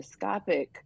endoscopic